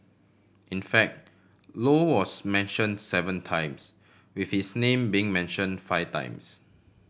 in fact Low was mention seven times with his name being mention five times